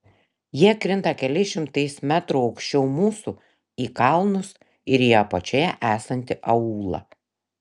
jie krinta keliais šimtais metrų aukščiau mūsų į kalnus ir į apačioje esantį aūlą